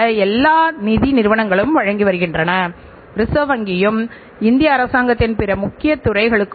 இந்த கச்சாப் பொருள்கள் உற்பத்திக்காக இயந்திர தளவாடங்களுக்கள் செலுத்தப்படுகிறது